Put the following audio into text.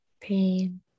pain